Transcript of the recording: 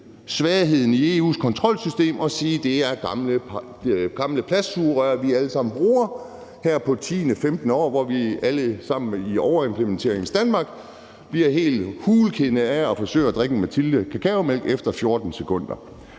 svagheden i EU's kontrolsystem og sige, at det er gamle plastsugerør, man alle sammen bruger her på 10. eller 15. år, hvor vi alle sammen i overimplementeringens Danmark bliver helt hulkindede efter 14 sekunder af at forsøge at drikke en Matildekakaomælk. Et papsugerør